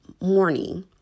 morning